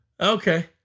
Okay